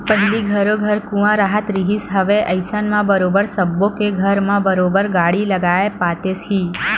पहिली घरो घर कुँआ राहत रिहिस हवय अइसन म बरोबर सब्बो के घर म बरोबर बाड़ी लगाए पातेस ही